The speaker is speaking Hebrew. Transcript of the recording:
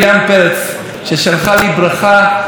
תודה גם ליושב-ראש הכנסת יולי אדלשטיין,